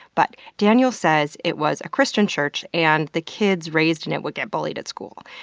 but daniel says it was a christian church, and the kids raised in it would get bullied at school.